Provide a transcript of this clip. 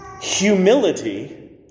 humility